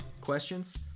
Questions